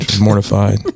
mortified